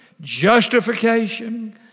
justification